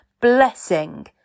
blessing